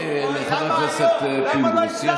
למה לא הסדרת את זה כל כך הרבה